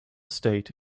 state